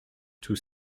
tous